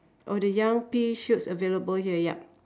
oh the young pea shoots available here yup